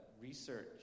research